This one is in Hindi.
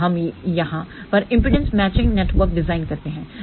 फिर हम यहाँ पर इंपेडेंस मैचिंग नेटवर्क डिज़ाइन करते हैं